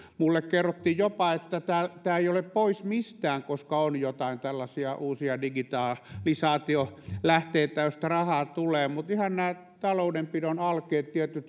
minulle jopa kerrottiin että tämä ei ole pois mistään koska on jotain tällaisia uusia digitalisaatiolähteitä joista rahaa tulee mutta ihan nämä tietyt taloudenpidon alkeet sanovat